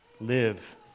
live